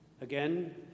again